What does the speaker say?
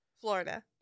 Florida